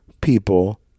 people